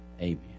Amen